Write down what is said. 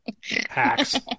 Hacks